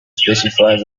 specifies